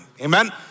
Amen